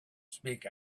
speak